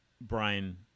Brian